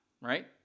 right